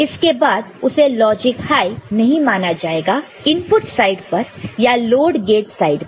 इसके बाद उसे लॉजिक हाई नहीं माना जाएगा इनपुट साइड पर या लोड गेट साइड पर